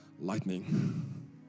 lightning